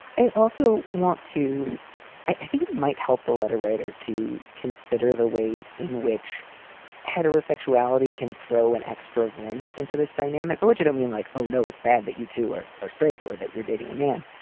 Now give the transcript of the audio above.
i also want to i think it might help the letter writer to consider the ways in which heterosexuality can throw an extra wrench into this dynamic, but which you don't mean like, oh, no, it's bad that you two are are straight or that you're dating a man.